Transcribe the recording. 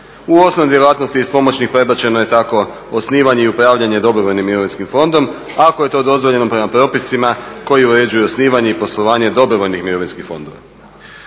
U osnovne djelatnosti iz pomoćnih prebačeno je tak osnivanje i upravljanje dobrovoljnim mirovinskim fondom. Ako je to dozvoljeno prema propisima koji uređuju osnivanje i poslovanje dobrovoljnih mirovinskih fondova.